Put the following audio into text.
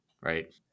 right